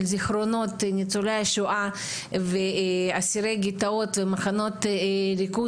זיכרונות של ניצולי השואה ואסירי גטאות ומחנות ריכוז,